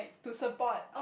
to support